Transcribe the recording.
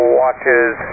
watches